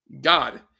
God